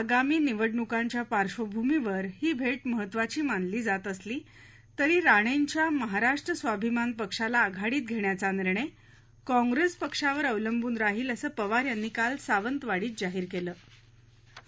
आगामी निवडणुकांच्या पार्श्वभूमीवर ही भेट महत्त्वाची मानली जात असली तरी राणेंच्या महाराष्ट्र स्वाभिमान पक्षाला आघाडीत घेण्याचा निर्णय काँग्रेस पक्षावर अवलंबून राहील असं पवार यांनी काल सावंतवाडीत जाहीर केलं होतं